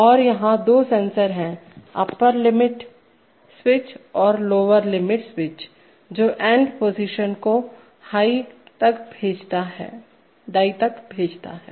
और यहां दो सेंसर हैंअप्पर लिमिट स्विच और लोअर लिमिट स्विच जो एंड पोजीशन को डाई तक भेजता है